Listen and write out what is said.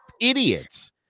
idiots